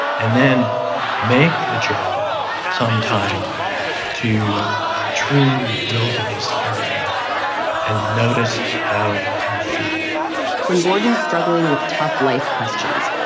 and then make the journey sometime to a true wilderness area and notice how you feel when gordon's struggling with tough life questions,